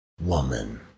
Woman